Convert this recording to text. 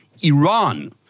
Iran